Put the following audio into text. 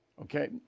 Okay